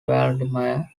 vladimir